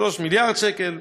3 מיליארד שקל.